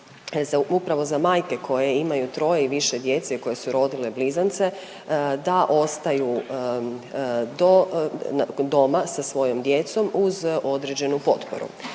upravo za majke koje imaju troje i više djece i koje su rodile blizance da ostaju do, doma sa svojom djecom uz određenu potporu.